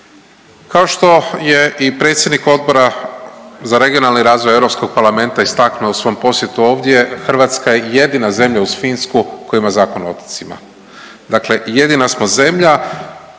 Kao što je i predsjednik Odbora za regionalni razvoj EU parlamenta istaknuo u svom posjetu ovdje, Hrvatska je jedina zemlja uz Finsku koja ima Zakon o otocima, dakle jedina smo zemlja